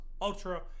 Ultra